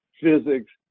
physics